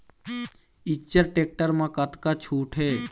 Eicher tractor म कतका छूट हे?